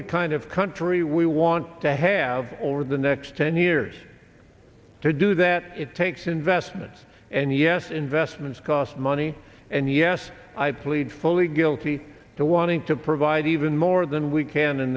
the kind of country we want to have over the next ten years to do that it takes investments and yes investments cost money and yes i plead fully guilty to wanting to provide even more than we can in